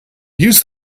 use